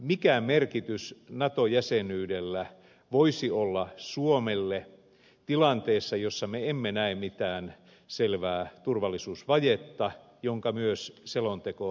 mikä merkitys nato jäsenyydellä voisi olla suomelle tilanteessa jossa me emme näe mitään selvää turvallisuusvajetta minkä myös selonteko toteaa